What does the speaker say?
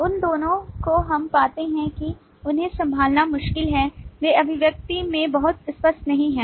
उन दोनों को हम पाते हैं कि उन्हें संभालना मुश्किल है वे अभिव्यक्ति में बहुत स्पष्ट नहीं हैं